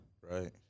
Right